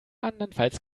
andernfalls